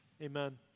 amen